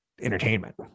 entertainment